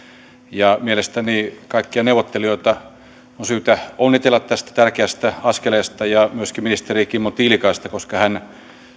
ja mielestäni kaikkia neuvottelijoita on syytä onnitella tästä tärkeästä askeleesta ja myöskin ministeri kimmo tiilikaista koska hän